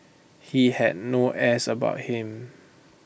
he had no airs about him